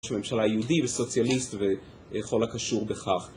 ראש ממשלה יהודי וסוציאליסט וכל הקשור בכך